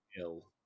ill